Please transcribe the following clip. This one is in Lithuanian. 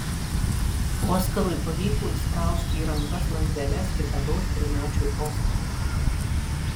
oskarui pavyko įsprausti į rankas lazdeles kitados trimečiui oskarui